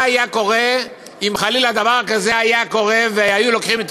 מה היה קורה אם חלילה דבר כזה היה קורה והיו לוקחים,